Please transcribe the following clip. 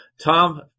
Tom